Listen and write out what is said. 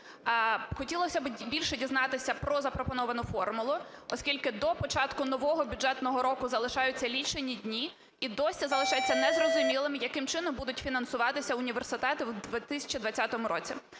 Хотілося би більше дізнатися про запропоновану формулу, оскільки до початку нового бюджетного року залишаються лічені дні і досі залишається незрозумілим, яким чином будуть фінансуватися університети в 2020 році.